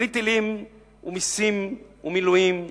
בלי טילים ומסים ומילואים ופיגועים,